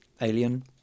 Alien